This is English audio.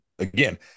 Again